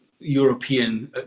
European